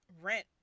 rent